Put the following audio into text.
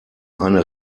eine